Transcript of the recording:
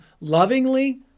lovingly